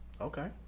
Okay